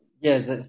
Yes